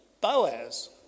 Boaz